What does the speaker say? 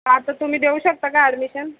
हां तर तुम्ही देऊ शकता का ॲडमिशन